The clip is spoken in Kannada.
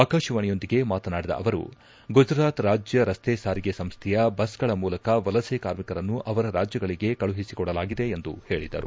ಆಕಾಶವಾಣಿಯೊಂದಿಗೆ ಮಾತನಾಡಿದ ಅವರು ಗುಜರಾತ್ ರಾಜ್ಜ ರಸ್ತೆ ಸಾರಿಗೆ ಸಂಸ್ಥೆಯ ಬಸ್ಗಳ ಮೂಲಕ ವಲಸೆ ಕಾರ್ಮಿಕರನ್ನು ಅವರ ರಾಜ್ಯಗಳಿಗೆ ಕಳುಹಿಸಿಕೊಡಲಾಯಿತು ಎಂದು ಹೇಳಿದರು